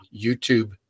YouTube